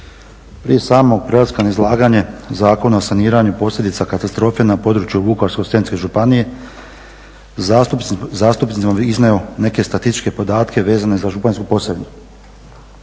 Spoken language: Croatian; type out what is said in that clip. Prije samog prelaska na izlaganje Zakona o saniranju posljedica katastrofe na području Vukovarsko-srijemske županije zastupnicima bih izneo neke statističke podatke vezane za županjsku Posavinu.